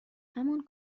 همان